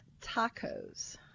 Tacos